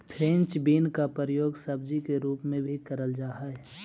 French bean का प्रयोग सब्जी के रूप में भी करल जा हई